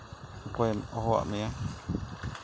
ᱚᱠᱚᱭᱮ ᱦᱚᱦᱚᱣᱟᱜ ᱢᱮᱭᱟ